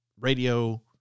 radio